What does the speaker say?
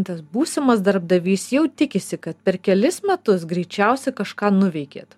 tas būsimas darbdavys jau tikisi kad per kelis metus greičiausiai kažką nuveikėt